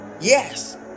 yes